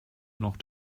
noch